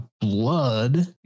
blood